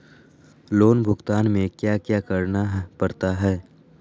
loan भुगतान में क्या क्या करना पड़ता है